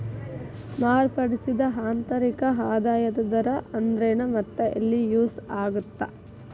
ಮಾರ್ಪಡಿಸಿದ ಆಂತರಿಕ ಆದಾಯದ ದರ ಅಂದ್ರೆನ್ ಮತ್ತ ಎಲ್ಲಿ ಯೂಸ್ ಆಗತ್ತಾ